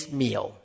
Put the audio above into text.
meal